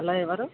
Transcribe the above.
hello ఎవరు